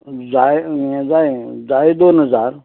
जाय जाये जाये दोन हजार